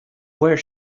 where